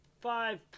five